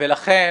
ולכן